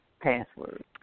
password